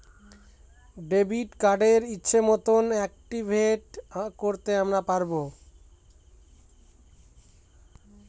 debit কার্ডকে ইচ্ছে মতন অ্যাকটিভেট করতে আমরা পারবো